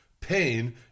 Pain